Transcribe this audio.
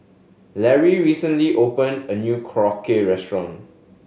Larry recently open a new Korokke Restaurant